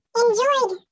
enjoyed